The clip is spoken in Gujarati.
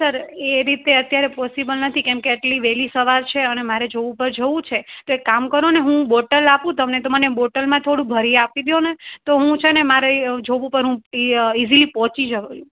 સર એ રીતે અત્યારે પોસીબલ નથી કેમ કે એટલી વેલી સવાર છે અને મારે જોબ ઉપર જવું છે તો એક કામ કરો ને હું બોટલ આપું તમને તો મને બોટલમાં થોડું ભરી આપી દ્યોને તો હું છેને મારે જોબ ઉપર હું ઈ ઈઝીલી પહોંચી જઉં